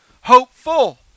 hopeful